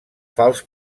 fals